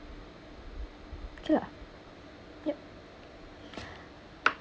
okay lah yup